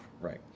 right